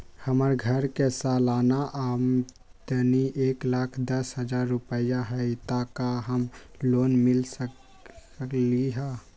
हमर घर के सालाना आमदनी एक लाख दस हजार रुपैया हाई त का हमरा लोन मिल सकलई ह?